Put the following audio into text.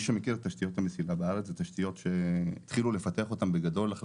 תשתיות המסילה בארץ הן תשתיות שהתחילו לפתח אותן אחרי